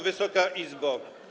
Wysoka Izbo!